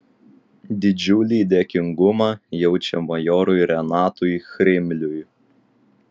didžiulį dėkingumą jaučia majorui renatui chrimliui